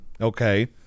Okay